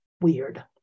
weird